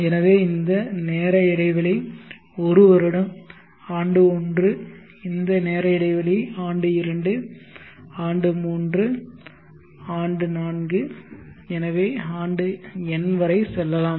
எனவே இந்த நேர இடைவெளி ஒரு வருடம் ஆண்டு ஒன்று இந்த நேர இடைவெளி ஆண்டு இரண்டு ஆண்டு மூன்று ஆண்டு நான்கு எனவே ஆண்டு n வரை சொல்லலாம்